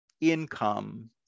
income